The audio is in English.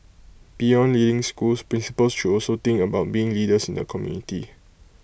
beyond leading schools principals should also think about being leaders in the community